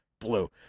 blue